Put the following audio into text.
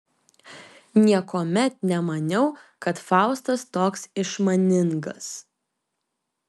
niekuomet nemaniau kad faustas toks išmaningas